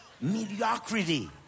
Mediocrity